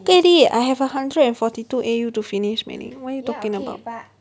get it I have a hundred and forty two A_U to finish mei ling what are you talking about